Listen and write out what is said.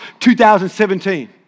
2017